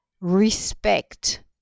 Respect